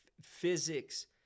physics